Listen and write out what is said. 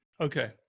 Okay